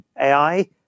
AI